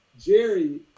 Jerry